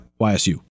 YSU